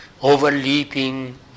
overleaping